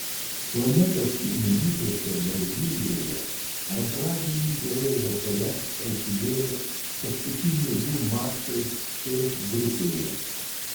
planetos pirmenybėse brazilijoje antradienį vėlai vakare prasidėjo paskutiniai du mačai c grupėje